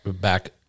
back